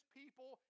people